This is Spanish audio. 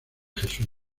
jesús